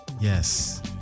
Yes